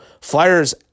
Flyers